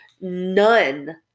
None